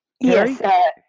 Yes